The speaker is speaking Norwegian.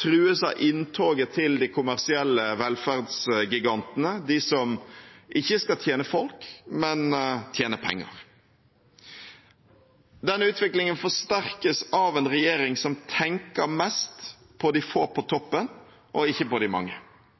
trues av inntoget til de kommersielle velferdsgigantene, de som ikke skal tjene folk, men tjene penger. Denne utviklingen forsterkes av en regjering som tenker mest på de få på toppen – og ikke på de mange.